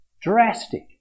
Drastic